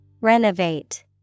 Renovate